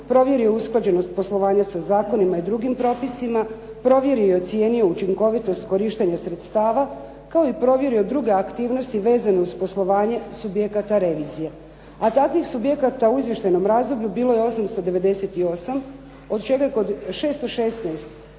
učinkovitost korištenja sredstava